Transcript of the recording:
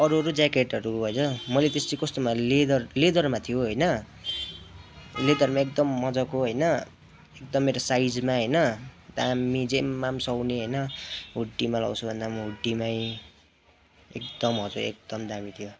अरू अरू ज्याकेटहरू होइन मैले त्यस्तो कस्तोमा लेदर लेदरमा थियो होइन लेदरमा एकदम मजाको होइन एकदम मेरो साइजमा होइन दामी जेमा पनि सुहाउने होइन हुडीमा लाउँछु भन्दा पनि हुडीमै एकदम हजुर एकदम दामी थियो